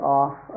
off